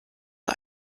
und